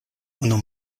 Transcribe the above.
unu